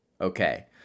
Okay